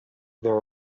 there